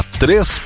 três